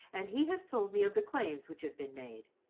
and he has told me of the claims which have been made,